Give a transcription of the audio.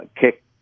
kick